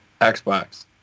Xbox